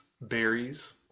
berries